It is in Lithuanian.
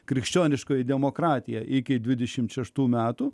krikščioniškoji demokratija iki dvidešim šeštų metų